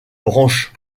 branche